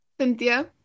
Cynthia